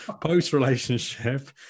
post-relationship